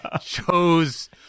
chose